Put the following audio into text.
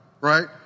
Right